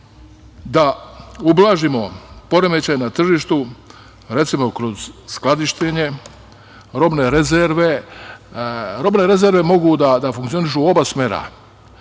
da ublažimo poremećaje na tržištu, recimo, kroz skladištenje robne rezerve. Robne rezerve mogu da funkcionišu u oba smera,